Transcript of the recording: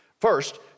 First